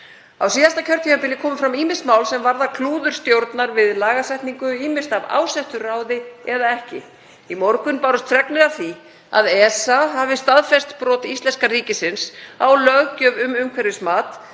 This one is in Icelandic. Á síðasta kjörtímabili komu fram ýmis mál sem varða klúður stjórnar við lagasetningu, ýmist af ásettu ráði eða ekki. Í morgun bárust fregnir af því að ESA hefði staðfest brot íslenska ríkisins á löggjöf um umhverfismat